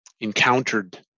encountered